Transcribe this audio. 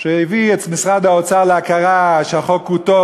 הביא את משרד האוצר להכרה שהחוק הוא טוב,